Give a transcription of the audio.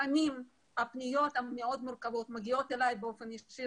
לפעמים הפניות המאוד מורכבות מגיעות אליי באופן ישיר